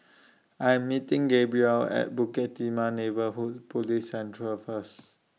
I Am meeting Gabriel At Bukit Timah Neighbourhood Police Centre First